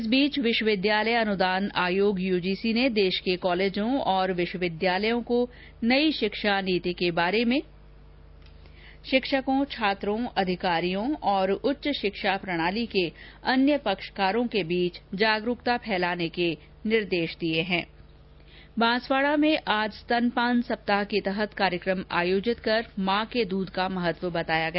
इस बीच विश्वविद्याल अनुदान आयोग यजीसी ने देश के कॉलेजों और विश्वविद्यालयों को नयी शिक्षा नीति के बारे में शिक्षकों छात्रों अधिकारियों और उच्च श्क्षा प्रणाली के अन्य पक्षकारों के बीच जागरुकता बांसवाड़ा में आज स्तनपान सप्ताह के तहत कार्यक्रम आयोजित कर माँ के दूध का महत्व बताया गया